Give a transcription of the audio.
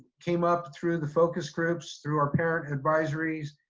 came up through the focus groups, through our parent advisories,